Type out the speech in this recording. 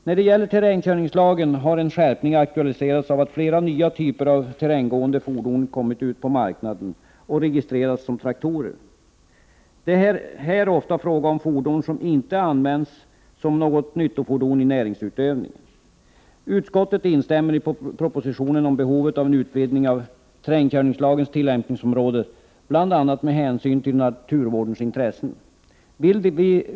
När det gäller terrängkörningslagen har en skärpning aktualiserats av att flera nya typer av terränggående fordon kommit ut på marknaden och registrerats som traktorer. Det är här ofta fråga om fordon som inte används som nyttofordon i näringsutövning. Utskottet instämmer i det uttalande som Prot. 1988/89:120 görs i propositionen om behovet av en utvidgning av terrängkörningslagens 24 maj 1989 tillämpningsområde, bl.a. med hänsyn till naturvårdens intressen.